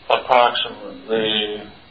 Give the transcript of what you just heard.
approximately